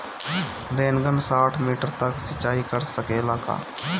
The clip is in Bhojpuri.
रेनगन साठ मिटर तक सिचाई कर सकेला का?